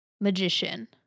magician